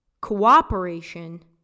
cooperation